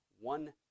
one